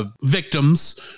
Victims